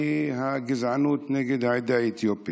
היא הגזענות נגד העדה האתיופית.